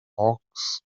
hawks